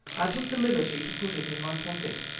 i took the liberty to put it in my pocket.